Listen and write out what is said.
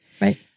right